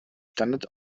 standard